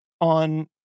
on